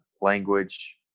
language